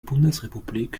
bundesrepublik